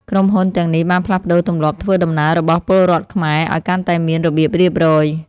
ក្រុមហ៊ុនទាំងនេះបានផ្លាស់ប្តូរទម្លាប់ធ្វើដំណើររបស់ពលរដ្ឋខ្មែរ ឱ្យកាន់តែមានរបៀបរៀបរយ។